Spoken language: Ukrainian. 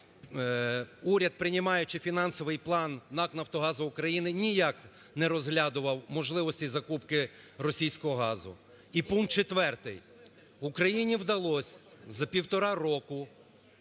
Уряд, приймаючи фінансовий план НАК "Нафтогазу України", ніяк не розглядав можливості закупки російського газу. І пункт четвертий. Україні вдалося за півтора року